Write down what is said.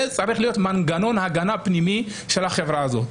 זה צריך להיות מנגנון הגנה פנימי של החברה הזאת.